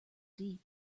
deep